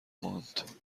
ماند